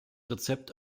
rezept